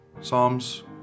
Psalms